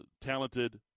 talented